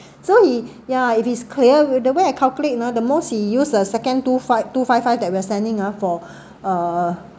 so he yeah if he's clear with the way I calculate ah the most he used the second two five two five five that we're sending ah for uh